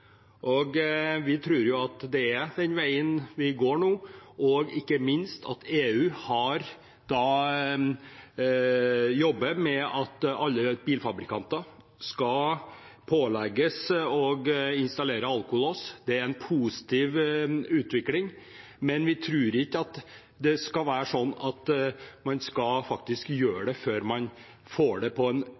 vei. Vi tror at det er den veien det går nå, ikke minst at EU jobber med at alle bilfabrikanter skal pålegges å installere alkolås. Det er en positiv utvikling, men vi tror ikke at man skal gjøre dette før det skjer på en